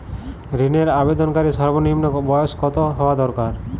ঋণের আবেদনকারী সর্বনিন্ম বয়স কতো হওয়া দরকার?